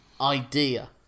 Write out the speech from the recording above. idea